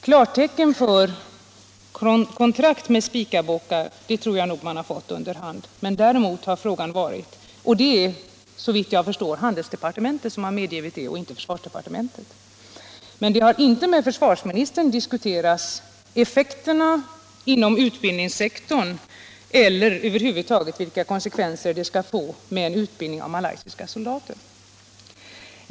Klartecken för kontrakt om Spicabåtar tror jag nog att man har fått under hand — det är såvitt jag förstår handelsdepartementet och inte försvarsdepartementet som har givit det — men med den socialdemokratiske försvarsministern har inte diskuterats effekterna inom utbildningssektorn eller över huvud taget vilka konsekvenser en utbildning av malaysiska soldater kunde få.